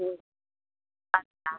जी अच्छा